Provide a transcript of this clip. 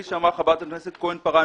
כפי שאמרה חברת הכנסת כה-פארן,